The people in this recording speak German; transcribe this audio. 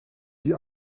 die